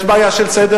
יש בעיה של סדר